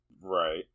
Right